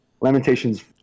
Lamentations